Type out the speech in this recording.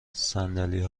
صندلی